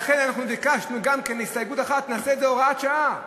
לכן אנחנו ביקשנו גם כן בהסתייגות אחת: נעשה את זה הוראת שעה.